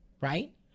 right